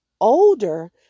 older